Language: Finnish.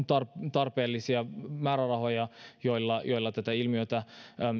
tarpeellisia määrärahoja joilla joilla tätä ilmiötä